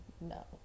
no